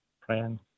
praying